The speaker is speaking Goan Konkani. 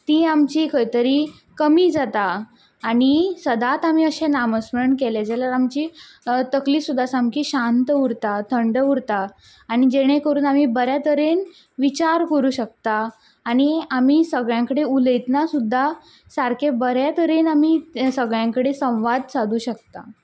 ती आमची खंय तरी कमी जाता आनी सदांच अशें आमी नामस्मरण केलें जाल्यार आमची तकली सुद्दां सामकी शांत उरता थंड उरता आनी जेणें करून आमी बऱ्यातरेन विचार करूं शकता आनी आमी सगळ्यां कडेन उलयतना सुद्दां सारकें बऱ्या तरेन आमी सगळ्यां कडेन संवाद साधूं शकता